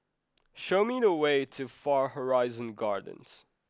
show me the way to Far Horizon Gardens